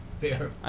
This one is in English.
fair